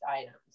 items